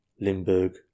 Limburg